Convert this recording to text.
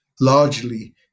largely